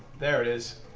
there is,